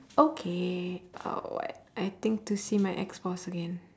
okay uh what I think to see my ex-boss again